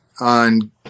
on